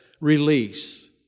release